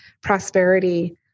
prosperity